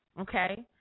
Okay